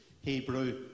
Hebrew